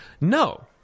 No